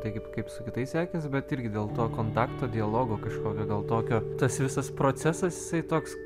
taigi kaip su kitais sekėsi bet irgi dėl to kontakto dialogo kažkokio gal tokio tas visas procesas toks